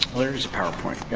there is a powerpoint,